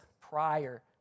prior